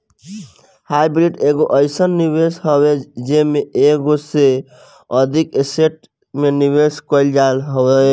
hybrid एगो अइसन निवेश हवे जेमे एगो से अधिक एसेट में निवेश कईल जात हवे